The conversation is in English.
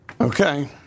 Okay